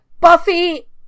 Buffy